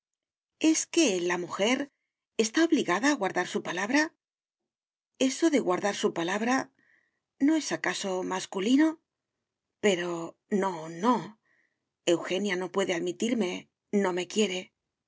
es que la mujer está obligada a guardar su palabra eso de guardar su palabra no es acaso masculino pero no no eugenia no puede admitirme no me quiere